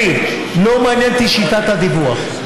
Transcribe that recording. אלי, לא מעניינת אותי שיטת הדיווח.